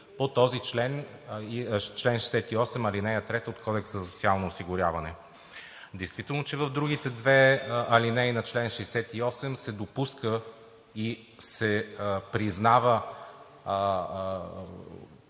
по този чл. 68, ал. 3 от Кодекса за социално осигуряване. Действително в другите две алинеи на чл. 68 се допуска и признава